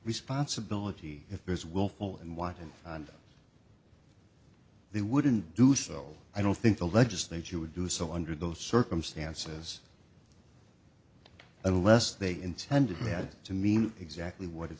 responsibility if there is willful and wanton and they wouldn't do so i don't think the legislature would do so under those circumstances unless they intended we had to mean exactly what it